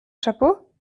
chapeau